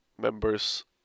members